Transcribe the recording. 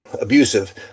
abusive